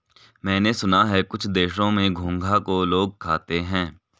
मैंने सुना है कुछ देशों में घोंघा को लोग खाते हैं